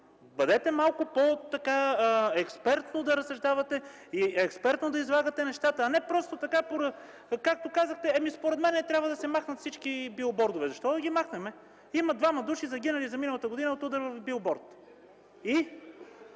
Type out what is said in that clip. Нека малко по-експертно да разсъждавате и експертно да излагате нещата, а не просто така – както казахте: „Според мен трябва да се махнат всички билбордове”. Защо да ги махнем? Има двама души загинали през миналата година от удар в билборд.